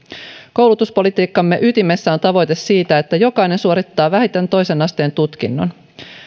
koulutuspolitiikkamme ytimessä on tavoite siitä että jokainen suorittaa vähintään toisen asteen tutkinnon